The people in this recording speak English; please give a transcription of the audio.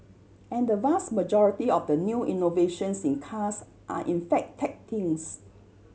and the vast majority of the new innovations in cars are in fact tech things